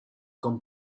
com